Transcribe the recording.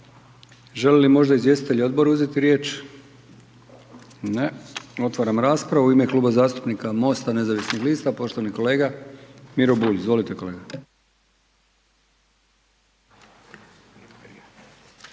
Žele li možda izvjestitelji odbora uzreti riječ? Ne. Otvaram raspravu. U ime Klub zastupnika MOST-a Nezavisnih lista poštovani kolega Miro Bulj. Izvolite kolega.